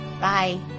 Bye